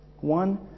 One